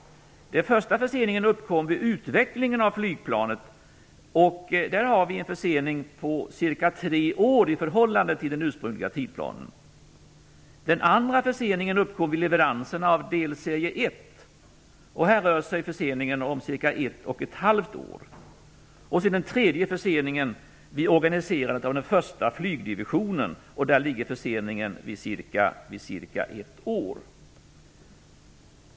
Den första förseningen uppkom vid utvecklingen av flygplanet. Det är en försening om cirka tre år i förhållande till den ursprungliga tidsplanen. Den andra förseningen uppkom vid leveransen av delserie 1, och den förseningen rör sig om cirka ett och ett halvt år. Den tredje förseningen har samband med organiserandet av den första flygdivisionen, och den är på cirka ett år.